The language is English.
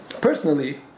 personally